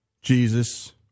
Jesus